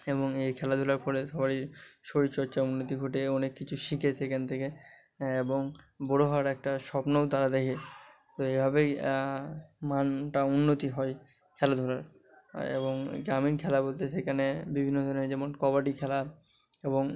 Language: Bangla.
এবং এই খেলাধুলার ফলে সবারই শরীর চর্চার উন্নতি ঘটে অনেক কিছু শেখে সেখান থেকে এবং বড়ো হওয়ার একটা স্বপ্নও তারা দেখে এভাবেই উন্নতি হয় খেলাধুলার এবং গ্রামীণ খেলা বলতে সেখানে বিভিন্ন ধরণের যেমন কবাডি খেলা এবং